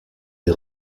des